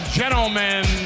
gentlemen